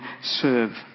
serve